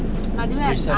but do you have time or not